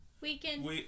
Weekend